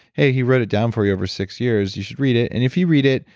hey, he wrote it down for you over six years, you should read it. and if you read it,